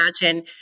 imagine